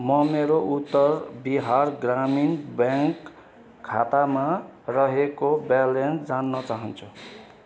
म मेरो उत्तर बिहार ग्रामीण ब्याङ्क खातामा रहेको ब्यालेन्स जान्न चाहन्छु